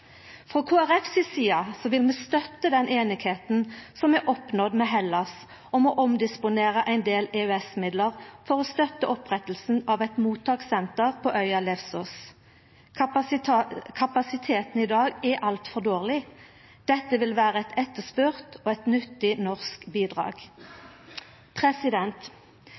Frå Kristeleg Folkeparti si side vil vi støtta den einigheita som er oppnådd med Hellas, om å omdisponera ein del EØS-midlar for å støtta opprettinga av eit mottakssenter på øya Lesvos. Kapasiteten i dag er altfor dårleg. Dette vil vera eit etterspurt og nyttig norsk bidrag.